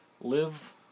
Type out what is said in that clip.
live